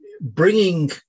bringing